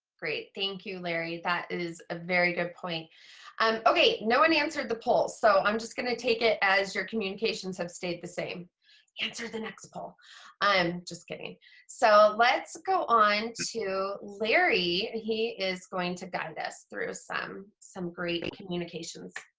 great thank you larry that is a very good point um okay no one answered the poll so i'm just gonna take it as your communications have stayed the same answer the next poll i'm just kidding so let's go on to to larry he is going to gun this through some some great and communications